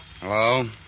Hello